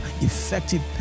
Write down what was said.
effective